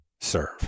Serve